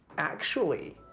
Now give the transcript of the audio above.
actually,